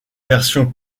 version